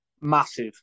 Massive